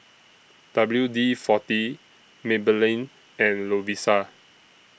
W D forty Maybelline and Lovisa